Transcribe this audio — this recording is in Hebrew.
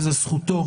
וזו זכותו,